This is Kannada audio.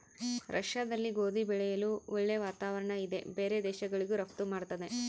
ರಷ್ಯಾದಲ್ಲಿ ಗೋಧಿ ಬೆಳೆಯಲು ಒಳ್ಳೆ ವಾತಾವರಣ ಇದೆ ಬೇರೆ ದೇಶಗಳಿಗೂ ರಫ್ತು ಮಾಡ್ತದೆ